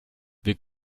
wir